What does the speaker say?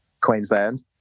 Queensland